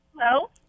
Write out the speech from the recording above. hello